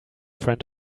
friend